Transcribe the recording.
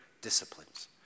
disciplines